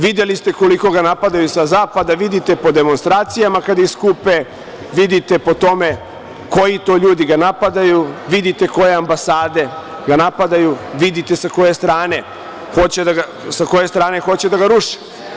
Videli ste koliko ga napadaju sa zapada, vidite po demonstracijama kada ih skupe, vidite po tome koji to ljudi ga napadaju, vidite koja ambasade ga napadaju, vidite sa koje strane hoće da ga ruše.